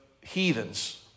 heathens